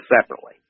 separately